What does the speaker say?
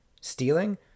Stealing